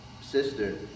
sister